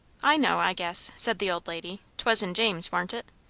i know, i guess, said the old lady. twas in james, warn't it?